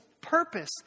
purpose